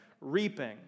reaping